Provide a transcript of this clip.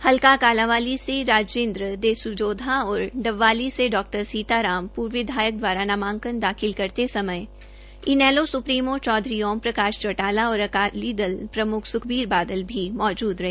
हलका कालांवाली से राजिंद्र देसुजोधा और डबवाली से डॉ सीता राम पूर्व विधायक द्वारा नामांकन दाखिल करते समय इनेलो सुप्रीमो चौधरी ओमप्रकाश चौटाला और अकाली दल प्रमुख सुखबीर बादल भी मौजूद रहे